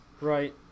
right